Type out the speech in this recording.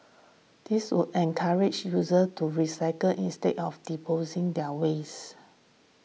this would encourage users to recycle instead of disposing their waste